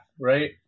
right